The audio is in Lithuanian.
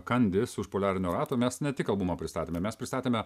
kandis už poliarinio rato mes ne tik albumą pristatėme mes pristatėme